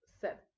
set